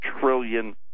trillion